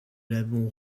l’avons